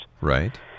Right